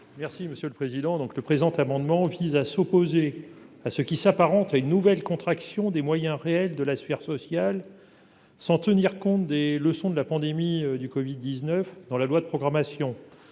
Merci monsieur le président, donc le présent amendement vise à s'opposer à ce qui s'apparente à une nouvelle contraction des moyens réels de la sphère sociale sans tenir compte des leçons de la pandémie du Covid 19 dans la loi de programmation,